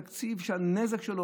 מדובר בתקציב שהנזק שלו,